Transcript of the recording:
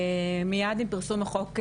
מיד עם פרסום החוק ברשומות,